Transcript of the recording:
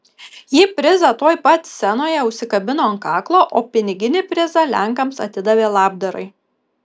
ji prizą tuoj pat scenoje užsikabino ant kaklo o piniginį prizą lenkams atidavė labdarai